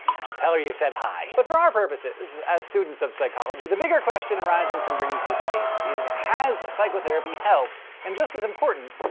and i'll tell her you said, hi. but for our purposes as students of psychology, the bigger question arising from bernice's case is has psychotherapy helped? and just as important,